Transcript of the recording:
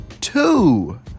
two